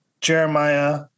Jeremiah